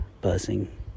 Buzzing